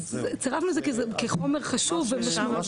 צירפנו את זה כחומר חשוב ומשמעותי.